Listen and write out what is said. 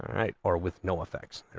right or with no facts.